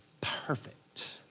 Perfect